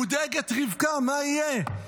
מודאגת רבקה, מה יהיה?